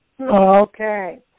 Okay